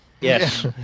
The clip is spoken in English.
Yes